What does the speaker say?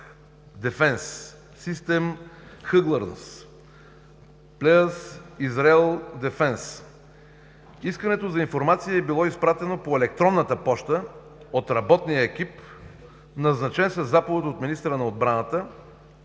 дифенс, Систъмс Хъглъндс, Плейзън Израел дифенс. Искането за информация е било изпратено по електронната поща от работния екип, назначен със заповед на министъра на отбраната